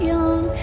Young